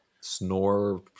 snore